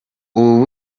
ubu